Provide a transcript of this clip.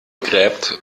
gräbt